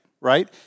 Right